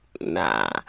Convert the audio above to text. nah